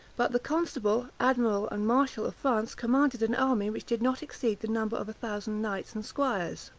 but the constable, admiral, and marshal of france commanded an army which did not exceed the number of a thousand knights and squires.